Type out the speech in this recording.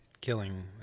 killing